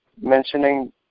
mentioning